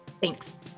Thanks